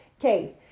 Okay